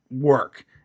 work